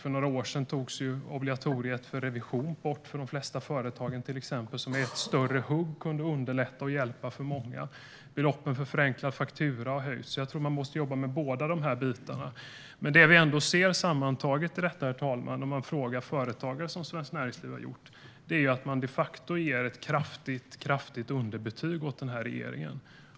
För några år sedan togs till exempel obligatoriet för revision bort för de flesta företagen. Med ett större hugg kunde man hjälpa och underlätta för många. Beloppen för förenklad faktura har höjts. Jag tror att man måste jobba med båda de bitarna. Herr talman! Det vi ändå ser sammantaget när man frågar företagare, som Svenskt Näringsliv har gjort, är de facto att de ger ett kraftigt underbetyg till regeringen.